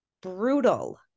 brutal